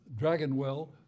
Dragonwell